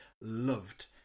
loved